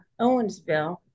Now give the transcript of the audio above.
Owensville